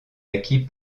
acquit